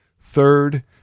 Third